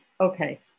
okay